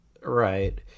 right